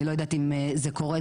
אני לא יודעת אם זה קורה.